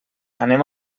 anem